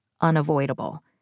unavoidable